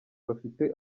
bafite